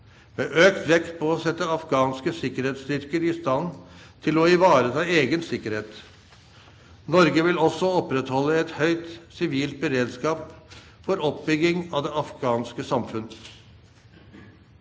med økt vekt på å sette afghanske sikkerhetsstyrker i stand til å ivareta egen sikkerhet. Norge vil også opprettholde et høyt sivilt bidrag for oppbygging av det afghanske samfunn.